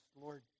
Lord